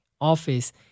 office